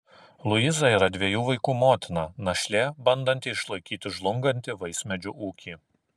luiza yra dviejų vaikų motina našlė bandanti išlaikyti žlungantį vaismedžių ūkį